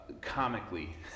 comically